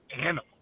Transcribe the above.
Animal